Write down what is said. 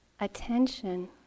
attention